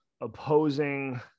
opposing